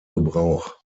gebrauch